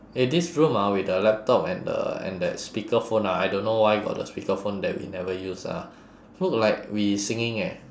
eh this room ah with the laptop and the and that speaker phone ah I don't know why got the speaker phone that we never use ah look like we singing eh